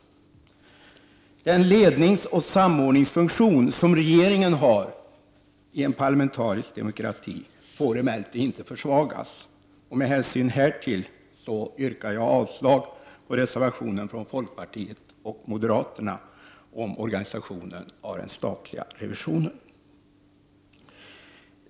Den ledningsoch samordningsfunktion som regeringen har i en parlamentarisk demokrati får emellertid inte försvagas och med hänsyn härtill yrkar jag avslag på reservationen från folkpartiet och moderaterna om organisationen av den statliga revisionen.